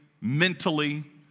mentally